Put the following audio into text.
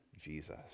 Jesus